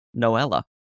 Noella